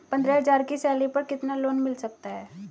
पंद्रह हज़ार की सैलरी पर कितना लोन मिल सकता है?